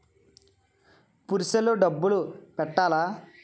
Purse లో డబ్బులు పెట్టలా?